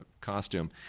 costume